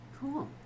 Cool